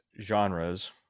genres